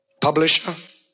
Publisher